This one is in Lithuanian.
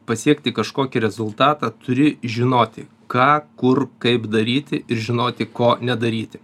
pasiekti kažkokį rezultatą turi žinoti ką kur kaip daryti ir žinoti ko nedaryti